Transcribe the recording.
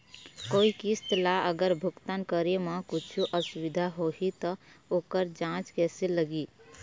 कोई किस्त ला अगर भुगतान करे म कुछू असुविधा होही त ओकर चार्ज कैसे लगी?